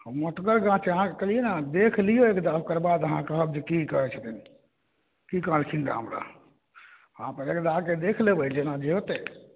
हँ मोटगर गाछ छै अहाँके कहलियै ने देख लियौ एक बेर ओकर बाद अहाँ कहब जे की कहै छथिन की कहलखिन रऽ हमरा हँ पहिले तऽ आके देख लेबै जेना जे हेतै